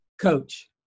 coach